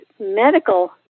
medical